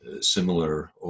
similar